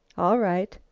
all right.